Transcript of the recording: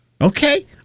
Okay